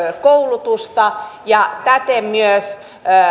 koulutusta ja täten myös